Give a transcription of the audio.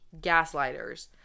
gaslighters